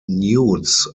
newts